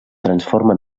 transforma